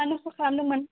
मानो फन खालामदों मोन